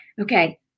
Okay